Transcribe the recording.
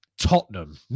Tottenham